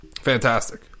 Fantastic